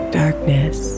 darkness